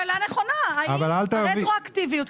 שאלה נכונה, האם רטרואקטיביות?